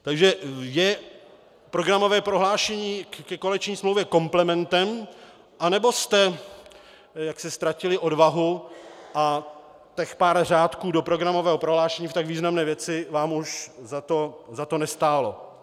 Takže je programové prohlášení ke koaliční smlouvě komplementem, anebo jste ztratili odvahu a těch pár řádků do programového prohlášení v tak významné věci vám už za to nestálo?